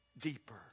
deeper